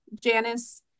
Janice